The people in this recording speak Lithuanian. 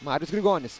marius grigonis